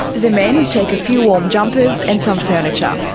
the men take a few warm jumpers, and some furniture.